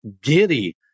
giddy